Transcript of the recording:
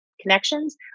connections